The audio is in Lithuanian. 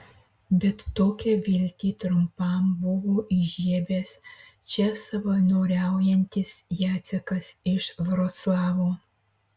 bet tokią viltį trumpam buvo įžiebęs čia savanoriaujantis jacekas iš vroclavo